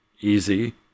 easy